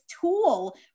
tool